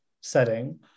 setting